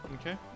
Okay